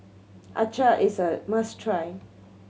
Acar is a must try